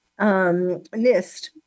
Nist